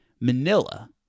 Manila